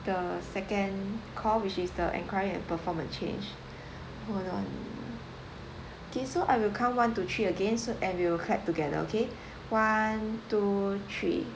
the second call which is the enquiry and perform a change hold on K so I will count one two three again and we will clap together okay one two three